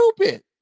stupid